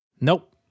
Nope